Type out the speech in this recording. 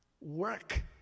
work